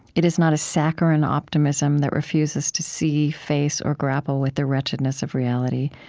it is not a saccharine optimism that refuses to see, face, or grapple with the wretchedness of reality.